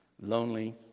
lonely